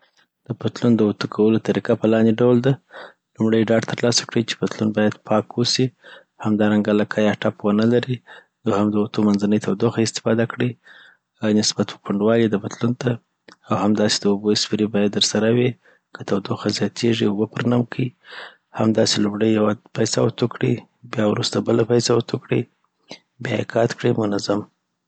د پتلون اوتو کولو طریقه په لاندی ډول ده لومړي ډاډ ترلاسه کړی چی پتلون باید پاک اوسي او همدارنګه لکه یا ټپ ونلري دوهم د اتو منځني تودوخه استفاده کي آ نسبت ؤ پنډوالی د پتلون ته او همداسي د اوبو اسپری باید در سره یی که تودوخه زیاتیږی اوبه پر نم کړی همداسی لومړی يوه پایڅه اوتو کړي بیا وروسته بله پایڅه اوتو کړي بیایی قات کړي منظم.